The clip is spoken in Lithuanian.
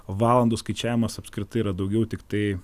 valandų skaičiavimas apskritai yra daugiau tiktai